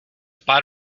pár